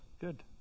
Good